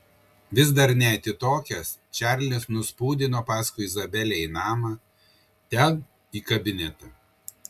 vis dar neatitokęs čarlis nuspūdino paskui izabelę į namą ten į kabinetą